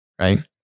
right